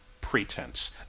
pretense